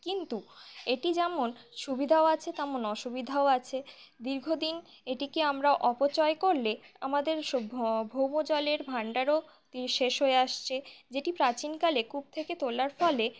কিন্তু এটি যেমন সুবিধাও আছে তেমন অসুবিধাও আছে দীর্ঘদিন এটিকে আমরা অপচয় করলে আমাদের ভৌমজলের ভাণ্ডারও শেষ হয়ে আসছে যেটি প্রাচীনকালে কূপ থেকে তোলার ফলে